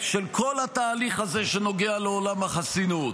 של כל התהליך הזה שנוגע לעולם החסינות,